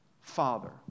Father